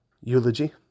eulogy